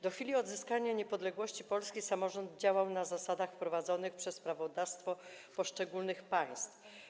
Do chwili odzyskania niepodległości polski samorząd działał na zasadach wprowadzonych przez prawodawstwo poszczególnych państw.